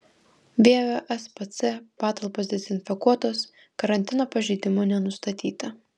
vievio spc patalpos dezinfekuotos karantino pažeidimų nenustatyta